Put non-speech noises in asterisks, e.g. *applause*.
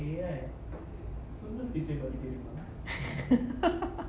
*laughs*